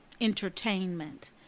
entertainment